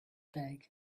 bag